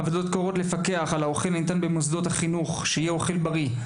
הוועדות קוראות לפקח על האוכל הניתן במוסדות החינוך שיהיה אוכל בריא,